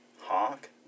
Hawk